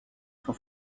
son